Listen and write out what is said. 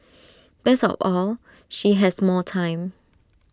best of all she has more time